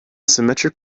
symmetric